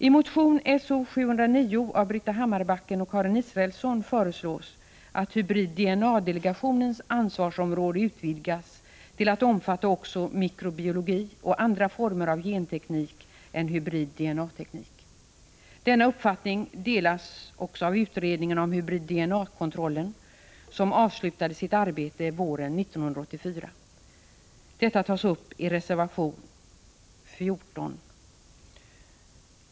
I motion S0709 av Britta Hammarbacken och Karin Israelsson föreslås att hybrid-DNA-delegationens ansvarsområde utvidgas till att omfatta också mikrobiologi och andra former av genteknik än hybrid-DNA-teknik. Denna uppfattning delas av utredningen om hybrid-DNA-kontrollen som avslutade sitt arbete våren 1984. Frågan tas upp i reservation 14.